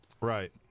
Right